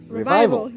revival